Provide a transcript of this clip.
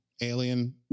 alien